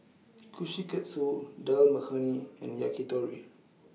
Kushikatsu Dal Makhani and Yakitori